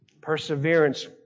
Perseverance